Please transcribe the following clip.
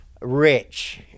rich